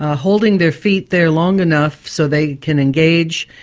ah holding their feet there long enough so they can engage,